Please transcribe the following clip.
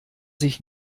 sich